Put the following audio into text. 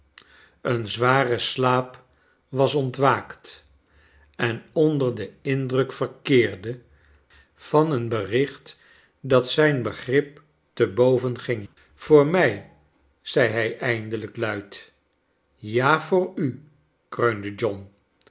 een zwaren slaap was ontwaakt en onder den indruk verkeerde van een bericht dat zijn begrip te boven ging voor mij zei hij eindelijk luid ja voor u kreunde john